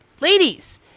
ladies